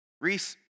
Reese